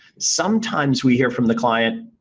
sometimes we hear from the client,